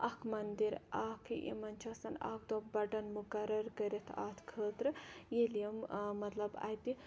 اَکھ مَندِر اَکھ یِمَن چھِ آسان اَکھ دۄہ بَٹَن مُقَرَر کٔرِتھ اَتھ خٲطرٕ ییٚلہِ یِم مَطلَب اَتہِ